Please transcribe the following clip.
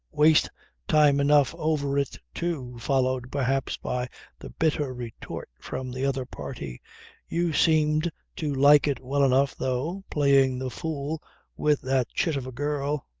waste time enough over it too, followed perhaps by the bitter retort from the other party you seemed to like it well enough though, playing the fool with that chit of a girl.